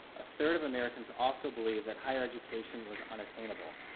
a third of americans also believe that higher education was unattainable.